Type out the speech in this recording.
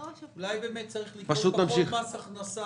אולי באמת צריך לגבות פחות מס הכנסה